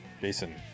Jason